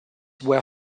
were